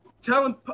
telling